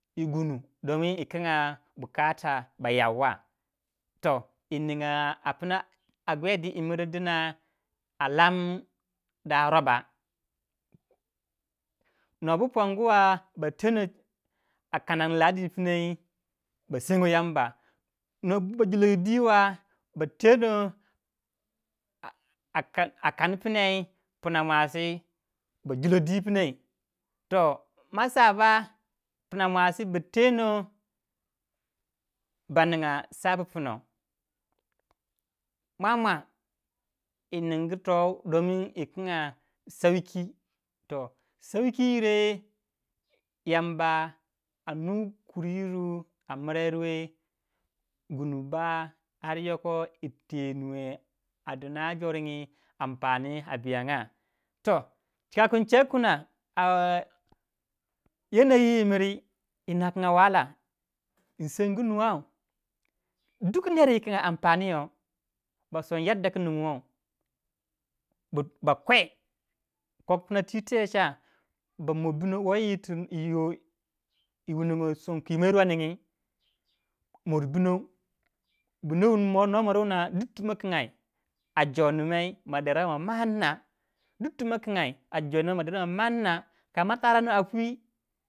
A guey di yi miringi dina a lam da roba. no bu ponguwa bateno a kanang ladin pnai. ba senyo Yamba. no bu ba julongo di ba ba teno a kan pnai puna mua si ba julo dwi pnai puna mwa ba tendo ba ninga mwa mwa yi ningu toh din yi kinga sarki re yamba a nu kuryiru a mra yirwe gundu ba har yoko yi tenwe a dina joringyi ampani a biyanga toh chika kun chegu kuna yi miri yi nakan in sengu nuwaw ner wu nyinga yoh yadda kur nungure ba kwe kop puna twi twe cha. ba mori binow. yoh yi wunongo yi son kwibanyi wa mor bindou no mor wuna ma kingayi ma dero ma mannnah. kama tarani a pwi.